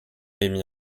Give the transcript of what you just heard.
émis